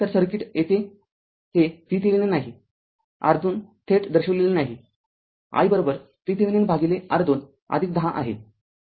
तर r circuit हे VThevenin नाही R२ थेट दर्शविलेले नाही i VThevenin भागिले R२१० आहे